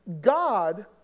God